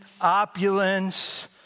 opulence